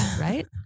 right